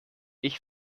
ich